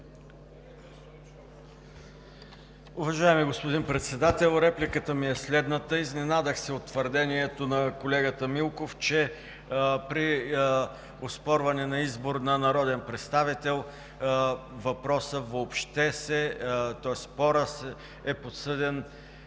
Уважаеми господин Председател, репликата ми е следната: изненадах се от твърдението на колегата Милков, че при оспорване на избор на народен представител спорът е подсъден